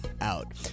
out